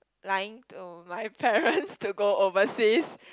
lying to my parents to go overseas